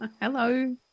Hello